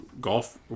golf